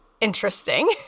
interesting